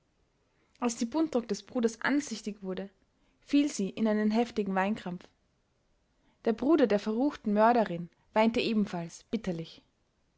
als die buntrock des bruders ansichtig wurde fiel sie in einen heftigen weinkrampf der bruder der verruchten mörderin weinte ebenfalls bitterlich